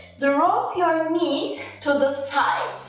drop your knees to the sides